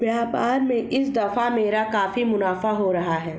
व्यापार में इस दफा मेरा काफी मुनाफा हो रहा है